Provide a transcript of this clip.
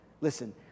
Listen